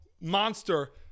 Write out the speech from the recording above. monster